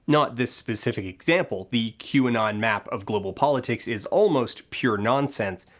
not this specific example, the qanon map of global politics is almost pure nonsense,